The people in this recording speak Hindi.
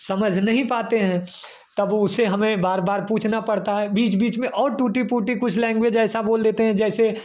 समझ नहीं पाते हैं तब उसे हमें बार बार पूछना पड़ता है बीच बीच में और टूटी फूटी कुछ लैंग्वेज ऐसा बोले देते हैं जैसे